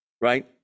right